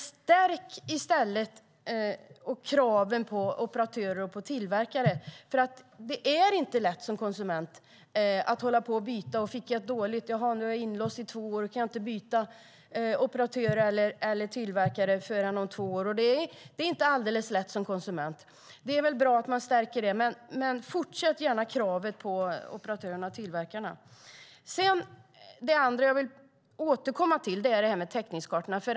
Skärp i stället kraven på operatörer och tillverkare! Det är inte lätt som konsument att byta. Man kan bli inlåst i två år med ett abonnemang där man inte kan byta operatör eller tillverkare. Det är väl bra att man stärker konsumenternas ställning, men fortsätt höja kraven på operatörer och tillverkare! Sedan vill jag återkomma till detta med täckningskartorna.